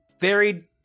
varied